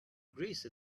greece